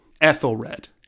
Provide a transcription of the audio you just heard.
ethelred